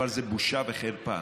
אבל זה בושה וחרפה.